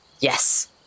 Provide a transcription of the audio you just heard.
Yes